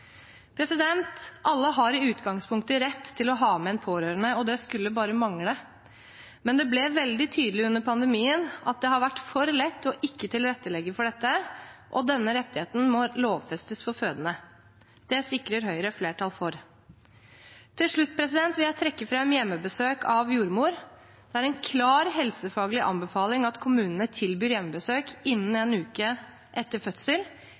Alle har i utgangspunktet rett til å ha med en pårørende, og det skulle bare mangle, men det ble veldig tydelig under pandemien at det har vært for lett ikke å tilrettelegge for dette, og denne rettigheten må lovfestes for fødende. Det sikrer Høyre flertall for. Til slutt vil jeg trekke fram hjemmebesøk av jordmor. Det er en klar helsefaglig anbefaling at kommunene tilbyr hjemmebesøk innen en uke etter fødsel.